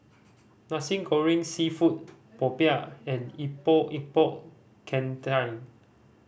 Nasi Goreng Seafood popiah and Epok Epok Kentang